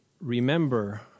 Remember